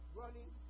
running